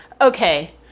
Okay